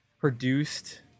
produced